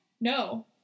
No